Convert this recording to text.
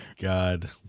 God